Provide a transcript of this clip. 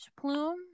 plume